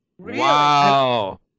Wow